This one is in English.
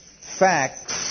facts